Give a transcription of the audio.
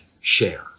share